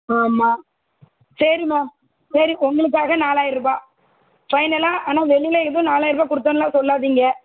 ஆமாம் சரி மேம் சரி உங்களுக்காக நாலாயிரருபா ஃபைனலாக ஆனால் வெளியில் எதுவும் நாலாயிரருபா குடுத்தேன்லாம் சொல்லாதீங்க